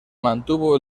mantuvo